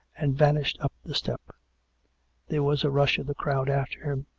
and vanished up the step there was a rush of the crowd after him,